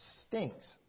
stinks